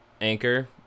Anchor